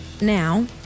Now